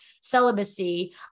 celibacy